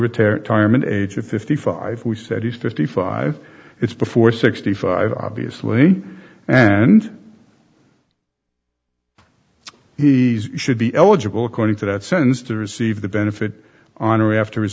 retirement time an age of fifty five we said he's fifty five it's before sixty five obviously and he should be eligible according to that sentence to receive the benefit on or after